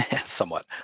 somewhat